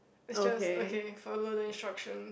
it's just okay follow the instructions